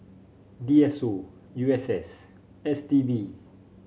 D S O U S S S T B